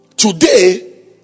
Today